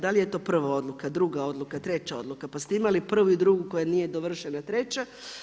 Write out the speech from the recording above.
Da li je to prva odluka, druga odluka, treća odluka, pa ste imali prvu i drugu koja nije dovršena treća.